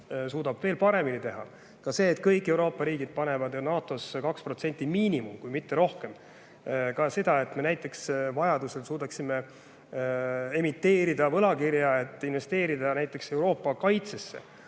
suudab veel paremini teha. Ka see, et kõik Euroopa riigid panevad NATO-sse 2% miinimum kui mitte rohkem. Ka see, et me näiteks vajaduse korral suudaksime emiteerida võlakirja, et investeerida Euroopa kaitsesse.